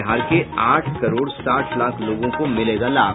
बिहार के आठ करोड़ साठ लाख लोगों को मिलेगा लाभ